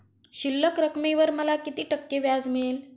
शिल्लक रकमेवर मला किती टक्के व्याज मिळेल?